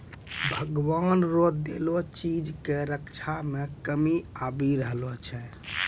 भगवान रो देलो चीज के रक्षा मे कमी आबी रहलो छै